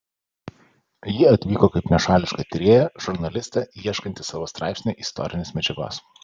ji atvyko kaip nešališka tyrėja žurnalistė ieškanti savo straipsniui istorinės medžiagos